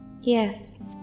yes